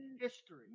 history